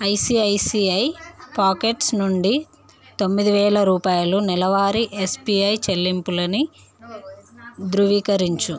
ICICI Pockets నుండి తొమ్మిది వేల రూపాయలు నెలవారీ ఎస్పిఐ చెల్లింపులని ధృవీకరించుము